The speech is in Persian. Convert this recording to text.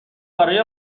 برای